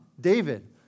David